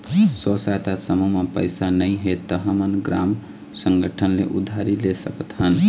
स्व सहायता समूह म पइसा नइ हे त हमन ग्राम संगठन ले उधारी ले सकत हन